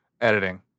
Editing